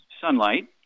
sunlight